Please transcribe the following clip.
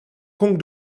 kong